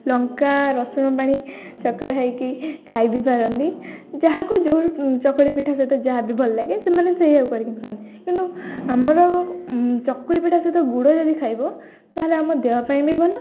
ଲଙ୍କା ରସୁଣ ପାଣି ଚକଟା ହେଇକି ଖାଇ ବି ପାରନ୍ତି ଯାହାକୁ ଯେଉଁ ଚକୁଳି ପିଠା ସହିତ ଯାହା ବିି ଭଲ ଲାଗେ ସେମାନେ ସେଇ ହଉ କରିକି ଖାଆନ୍ତି କିନ୍ତୁ ଆମର ଚକୁଳି ପିଠା ସହିତ ଗୁଡ଼ ଯଦି ଖାଇବ ତା'ହେଲେ ଆମ ଦେହ ପାଇଁ ବି ଭଲ